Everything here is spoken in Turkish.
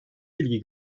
ilgi